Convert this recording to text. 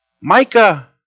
Micah